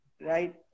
right